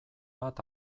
bat